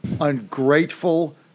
Ungrateful